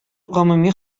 гомуми